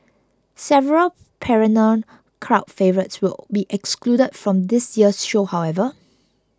several perennial crowd favourites will be excluded from this year's show however